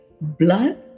blood